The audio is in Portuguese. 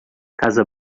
casa